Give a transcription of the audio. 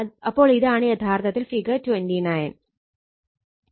അപ്പോൾ ഇതാണ് യഥാർത്ഥത്തിൽ ഫിഗർ 29